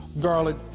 garlic